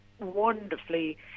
wonderfully